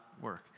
work